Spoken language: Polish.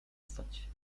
stać